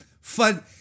fun